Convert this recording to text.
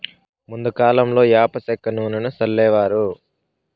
ముందు కాలంలో యాప సెక్క నూనెను సల్లేవారు